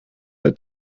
der